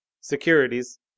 Securities